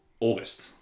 august